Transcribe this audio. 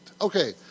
Okay